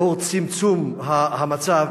בעקבות צמצום המצב,